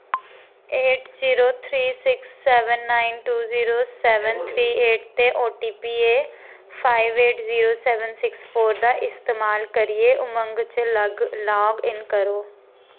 eight zero three six seven nine two zero seven three eight ते OTP A five eight G seven six four दा इस्तेमाल करियै उमंग च log in करो